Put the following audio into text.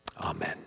amen